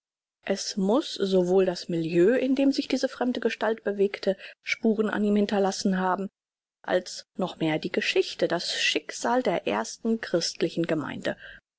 es muß sowohl das milieu in dem sich diese fremde gestalt bewegte spuren an ihm hinterlassen haben als noch mehr die geschichte das schicksal der ersten christlichen gemeinde